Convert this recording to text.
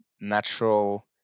natural